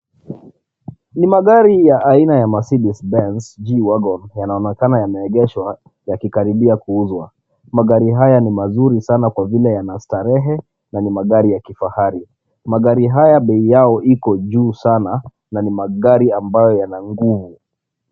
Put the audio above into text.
Ni magari ya aina ya Mercedes Benz G-Wagon, yanaonekana yameegeshwa yakikaribia kuuzwa. Magari haya ni mazuri sana kwa vile yana starehe na ni magari ya kifahari. Magari haya bei yao iko juu sana na ni magari ambayo yana nguvu.